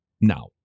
Now